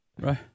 Right